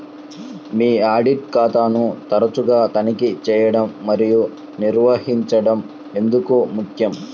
మీ audit ఖాతాను తరచుగా తనిఖీ చేయడం మరియు నిర్వహించడం ఎందుకు ముఖ్యం?